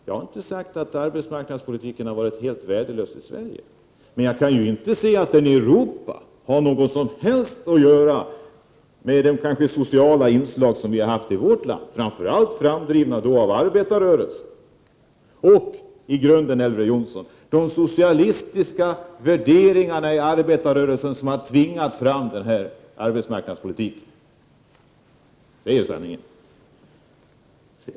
Jag har inte sagt att arbetsmarknadspolitiken har varit helt värdelös i Sverige, men jag kan inte se att den i Europa har något som helst att göra med de sociala inslag som den har haft i vårt land, framför allt framdrivna av arbetarrörelsen. I grunden är det de socialistiska värderingarna i arbetarrörelsen som har tvingat fram denna arbetsmarknadspolitik. Det är sanningen, Elver Jonsson.